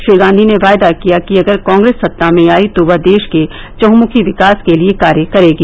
श्री गांधी ने वायदा किया कि अगर कांग्रेस सत्ता में आई तो वह देश के चहमुखी विकास के लिए कार्य करेगी